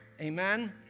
Amen